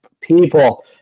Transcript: people